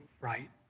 right